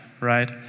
right